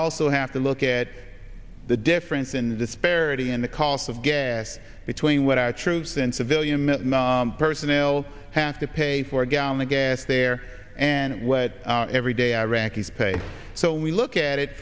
also have to look at the difference in the disparity in the cost of gas between what our troops and civilian personnel have to pay for a gallon of gas there and what every day iraqis pay so we look at it